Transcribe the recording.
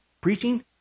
preaching